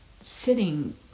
sitting